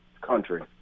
country